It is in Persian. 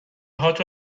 هات